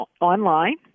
online